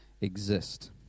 exist